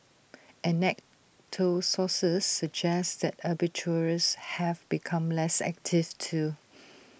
anecdotal sources suggest that arbitrageurs have become less active too